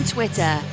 Twitter